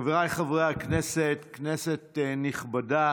חבריי חברי הכנסת, כנסת נכבדה,